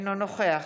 אינו נוכח